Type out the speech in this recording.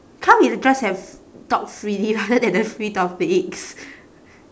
can't we just have talk freely rather than the free topics